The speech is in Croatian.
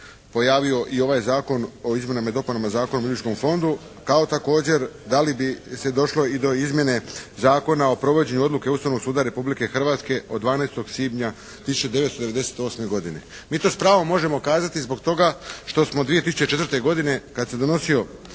pojavio i ovaj Zakon o izmjenama i dopunama Zakona o umirovljeničkom fondu kao također da li bi se došlo i do izmjene Zakona o provođenju odluke Ustavnog suda Republike Hrvatske od 12. svibnja 1998. godine. Mi to s pravom možemo kazati zbog toga što smo 2004. godine kad se donosio